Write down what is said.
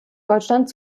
deutschland